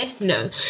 no